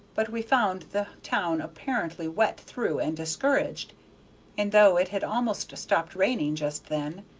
but we found the town apparently wet through and discouraged and though it had almost stopped raining just then,